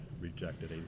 rejected